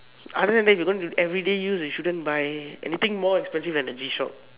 other than that you're going to everyday use you shouldn't buy anything more expensive than the G-shock